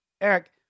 Eric